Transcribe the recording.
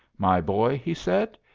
my boy, he said,